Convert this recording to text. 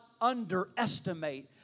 underestimate